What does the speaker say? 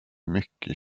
mycket